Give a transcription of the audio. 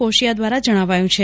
કોશિયા દ્વારા જજ્ઞાવાયું છે